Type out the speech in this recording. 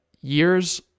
years